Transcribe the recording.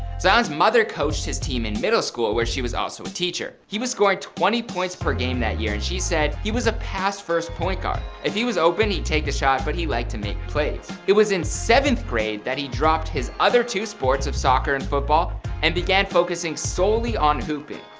zion's mother coached his team in middle school, where she was also a teacher. zion scored twenty points per game that year and she said he was a pass-first point guard. if he was open, he'd take the shot, but he liked to make plays. it was in seventh grade that he dropped his other two sports of soccer and football and began focusing solely on hooping.